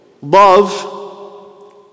Love